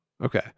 Okay